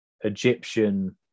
Egyptian